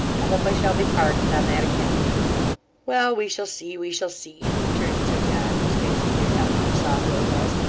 i hope i shall be pardoned on that account well! we shall see we shall see returned sir john, whose face cleared up when he saw who it was,